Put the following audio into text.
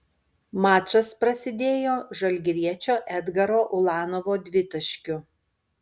mačas prasidėjo žalgiriečio edgaro ulanovo dvitaškiu